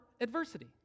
adversity